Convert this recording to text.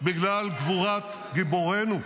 בגלל גבורת גיבורינו,